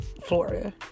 Florida